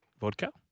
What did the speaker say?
vodka